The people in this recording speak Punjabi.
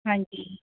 ਹਾਂਜੀ